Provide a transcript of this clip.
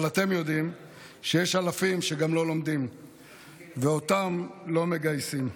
אבל אתם יודעים שיש גם אלפים שלא לומדים ואותם לא מגייסים.